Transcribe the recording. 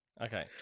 Okay